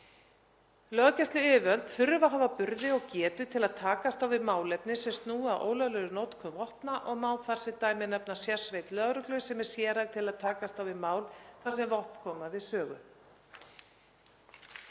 Löggæsluyfirvöld þurfa að hafa burði og getu til að takast á við málefni sem snúa að ólöglegri notkun vopna og má þar sem dæmi nefna sérsveit lögreglu sem er sérhæfð til að takast á við mál þar sem vopn koma við sögu.